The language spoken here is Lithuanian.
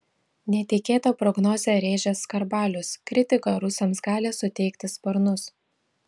netikėtą prognozę rėžęs skarbalius kritika rusams gali suteikti sparnus